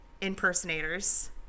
impersonators